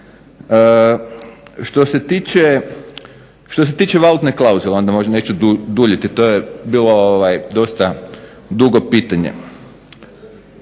Što se tiče valutne klauzule onda možda neću tu duljiti, to je bilo dugo pitanje.